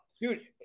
Dude